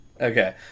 Okay